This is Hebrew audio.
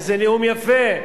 איזה נאום יפה,